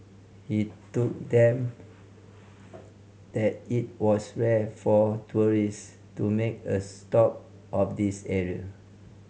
he told them that it was rare for tourists to make a stop of this area